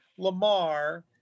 Lamar